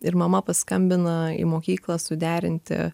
ir mama paskambina į mokyklą suderinti